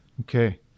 Okay